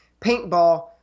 paintball